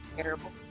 terrible